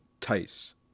Tice